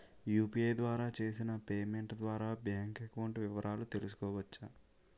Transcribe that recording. UPI ద్వారా చేసిన payment ద్వారా బ్యాంక్ అకౌంట్ వివరాలు తెలుసుకోవచ్చ?